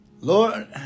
Lord